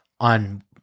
on